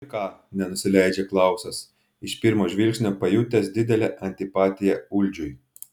ir ką nenusileidžia klausas iš pirmo žvilgsnio pajutęs didelę antipatiją uldžiui